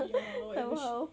ya whatever sh~